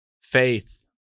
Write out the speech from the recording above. faith